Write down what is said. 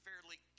fairly